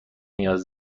نیاز